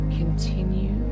continue